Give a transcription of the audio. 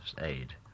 aid